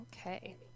Okay